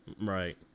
Right